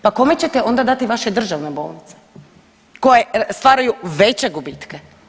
Pa kome ćete onda dati vaše državne bolnice koje stvaraju veće gubitke?